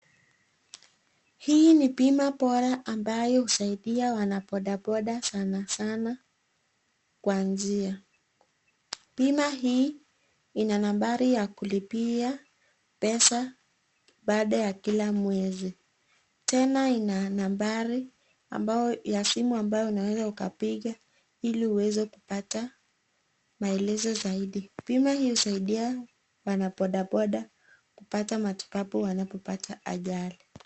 Hii ni bima bora ambayo usaidia wana bodaboda sana sana kwa njia. Bima hii ina nambari ya kulipia pesa baada ya kila mwezi. Tena ina nambari ambao ya simu ambao unaweza ukapiga ili uweze kupata maelezo zaidi. Bima hii husaidia wanabodaboda kupata matibabu wanapopata ajali.